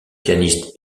pianiste